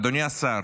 אדוני השר,